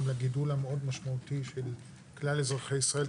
לגידול המאוד משמעותי של כלל אזרחי ישראל.